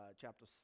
chapter